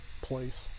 place